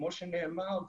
כמו שנאמר,